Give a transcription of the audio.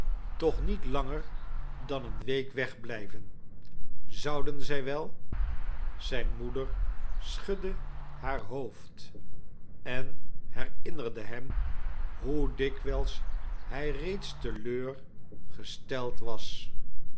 toch niet langer dan eene week wegblljven zouden zij wel zijne moeder schudde haar hoofd en herinnerde hem hoe dikwijls hij reeds te leur gesteld was